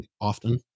often